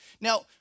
Now